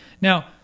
Now